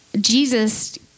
Jesus